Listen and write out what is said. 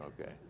Okay